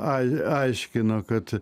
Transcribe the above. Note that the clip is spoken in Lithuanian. ai aiškino kad